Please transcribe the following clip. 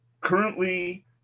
currently